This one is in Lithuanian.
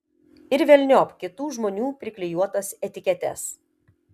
ir velniop kitų žmonių priklijuotas etiketes